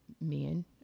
men